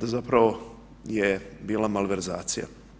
zapravo je bila malverzacija.